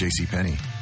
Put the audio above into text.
JCPenney